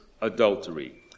adultery